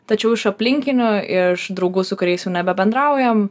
tačiau iš aplinkinių iš draugų su kuriais jau nebebendraujam